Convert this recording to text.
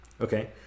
Okay